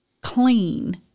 clean